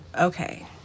Okay